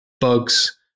bugs